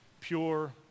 pure